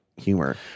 humor